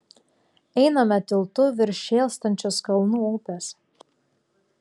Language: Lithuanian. einame tiltu virš šėlstančios kalnų upės